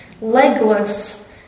Legless